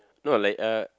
no like uh